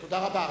תודה רבה.